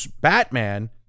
Batman